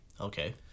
okay